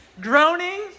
groaning